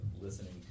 listening